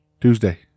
Tuesday